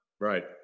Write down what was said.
Right